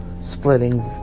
splitting